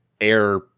air